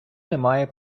немає